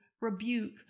rebuke